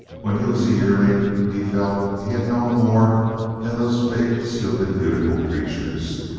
when he was a yearling, he felt, he had known more than those big, stupid, beautiful creatures.